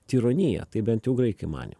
tironija taip bent jau graikai manė